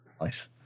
Nice